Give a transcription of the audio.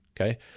Okay